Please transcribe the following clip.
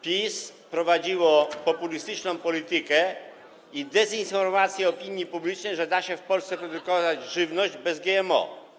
PiS prowadził populistyczną politykę i dezinformował opinię publiczną, że da się w Polsce produkować żywność bez GMO.